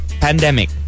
pandemic